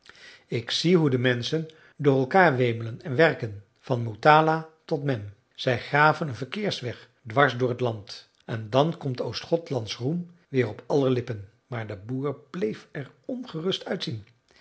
ik zie hoe de menschen door elkaar wemelen en werken van motala tot mem zij graven een verkeersweg dwars door het land en dan komt oostgothlands roem weer op aller lippen maar de boer bleef er ongerust uitzien